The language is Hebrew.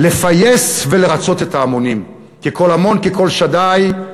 לפייס ולרצות את ההמונים, כי קול המון כקול שדי,